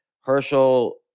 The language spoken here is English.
Herschel